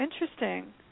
interesting